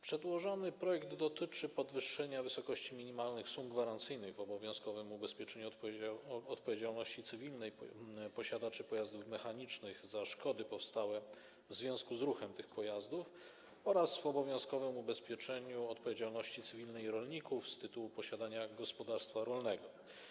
Przedłożony projekt dotyczy podwyższenia wysokości minimalnych sum gwarancyjnych w obowiązkowym ubezpieczeniu odpowiedzialności cywilnej posiadaczy pojazdów mechanicznych za szkody powstałe w związku z ruchem tych pojazdów oraz w obowiązkowym ubezpieczeniu odpowiedzialności cywilnej rolników z tytułu posiadania gospodarstwa rolnego.